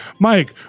Mike